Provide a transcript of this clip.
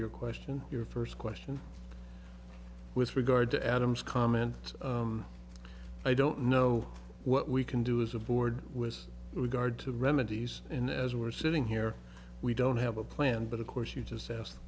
your question your first question with regard to adam's comment i don't know what we can do as a board with regard to remedies and as we're sitting here we don't have a plan but of course you just asked the